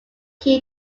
key